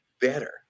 better